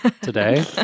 today